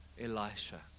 Elisha